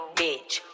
bitch